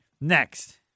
next